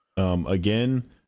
Again